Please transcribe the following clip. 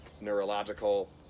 neurological